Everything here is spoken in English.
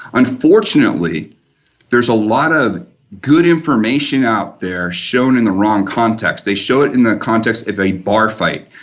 unfortunately there's a lot of good information out there shown in the wrong context. they show it in the context of a bar fight,